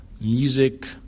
Music